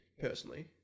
personally